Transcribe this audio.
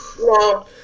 No